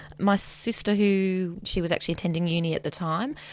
my sister, who she was actually attending uni at the time,